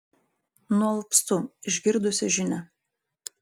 nualpstu išgirdusi žinią